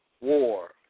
War